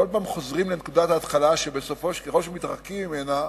וכל פעם חוזרים לנקודת ההתחלה שככל שמתרחקים ממנה